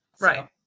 right